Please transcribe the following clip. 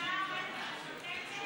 שהממשלה עומדת ושותקת?